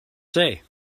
say